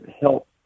help